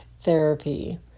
therapy